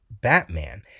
Batman